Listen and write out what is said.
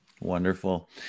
Wonderful